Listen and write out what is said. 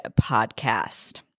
Podcast